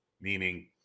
Meaning